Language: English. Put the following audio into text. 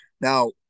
Now